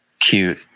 cute